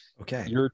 Okay